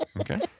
Okay